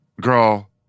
Girl